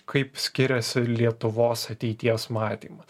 kaip skiriasi lietuvos ateities matymas